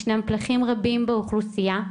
ישנם פלחים רבים באוכלוסיה,